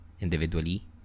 individually